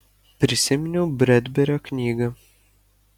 prisiminiau bredberio knygą